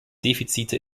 defizite